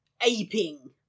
aping